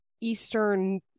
Eastern